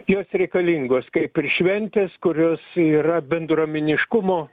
jos reikalingos kaip ir šventės kurios yra bendruomeniškumo